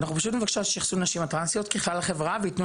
אנחנו פשוט מבקשים שיתייחסו לנשים הטרנסיות ככלל החברה ויתנו